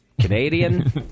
Canadian